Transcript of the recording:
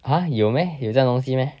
!huh! 有 meh 有这样东西 meh